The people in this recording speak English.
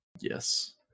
Yes